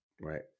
Right